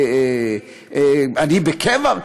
אני בקבע.